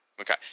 Okay